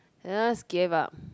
just give up